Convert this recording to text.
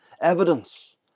Evidence